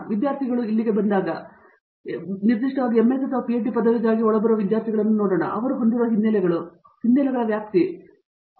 ವಿದ್ಯಾರ್ಥಿಗಳು ಇಲ್ಲಿಗೆ ಬಂದಾಗ ನಿರ್ದಿಷ್ಟವಾಗಿ MS ಅಥವಾ PhD ಪದವಿಗಾಗಿ ಒಳಬರುವ ವಿದ್ಯಾರ್ಥಿಗಳನ್ನು ನಾವು ನೋಡೋಣ ಅವರು ಹೊಂದಿರುವ ಹಿನ್ನೆಲೆಗಳು ಅಥವಾ ಅವರು ಹೊಂದಿರುವ ಹಿನ್ನೆಲೆಗಳ ವ್ಯಾಪ್ತಿ ಮತ್ತು ಅದಕ್ಕಿಂತ ಹೆಚ್ಚಿನದನ್ನು ನಾವು ಹೇಳುತ್ತೇವೆ